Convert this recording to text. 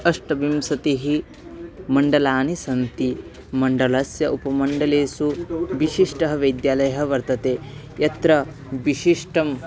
अष्टविंशतिः मण्डलानि सन्ति मण्डलस्य उपमण्डलेषु विशिष्टः वैद्यालयः वर्तते यत्र विशिष्टम्